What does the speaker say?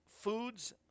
foods